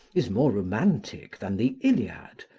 is more romantic than the iliad,